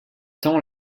tend